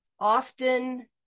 often